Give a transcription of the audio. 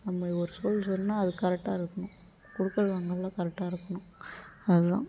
நம்ம ஒரு சொல் சொன்னால் அது கரெக்டாக இருக்கணும் கொடுக்கல் வாங்கலில் கரெக்டாக இருக்கணும் அதுதான்